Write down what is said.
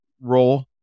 role